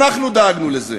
אנחנו דאגנו לזה,